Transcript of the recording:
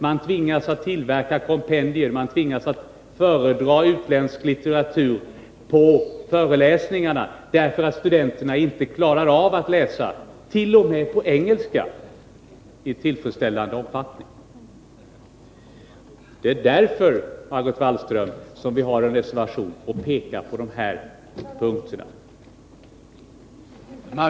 Man tvingas tillverka kompendier och föredra utländsk litteratur på föreläsningarna därför att studenterna inte klarar av att läsa, inte ens på engelska i tillfredsställande omfattning. Det är därför, Margot Wallström, som vi har en reservation och pekar på dessa punkter.